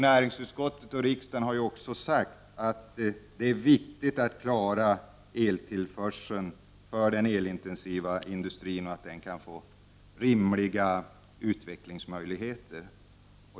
Näringsutskottet och riksdagen har sagt att det är viktigt att klara eltillförseln för den elintensiva industrin så att den får rimliga utvecklingsmöjligheter.